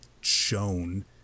shown